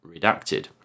Redacted